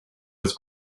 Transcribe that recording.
was